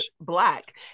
black